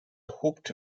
hooked